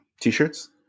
T-shirts